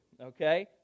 Okay